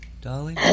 Dolly